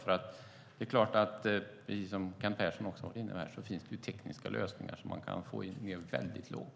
För det är klart att det, precis som Kent Persson också har varit inne på, finns tekniska lösningar som gör att man kan komma väldigt lågt.